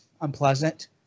unpleasant